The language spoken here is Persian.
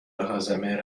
هاضمه